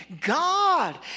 God